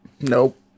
nope